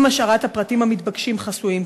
עם השארת הפרטים המתבקשים חסויים,